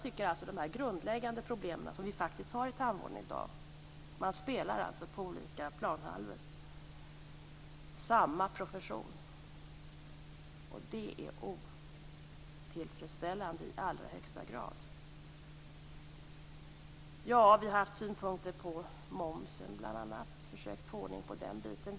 Det grundläggande problemet i tandvården i dag är att samma profession spelar på olika planhalvor, och det är otillfredsställande i allra högsta grad. Vi har haft synpunkter på momsen bl.a. och försökt att få ordning på den biten.